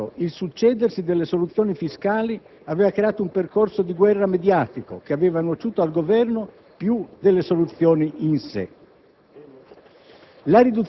L'anno scorso il succedersi delle soluzioni fiscali aveva creato un percorso di guerra mediatico, che aveva nociuto al Governo più delle soluzioni in sé.